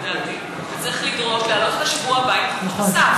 לדעתי צריך לדרוש להעלות אותה בשבוע הבא בנוכחות השר.